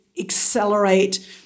accelerate